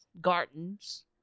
gardens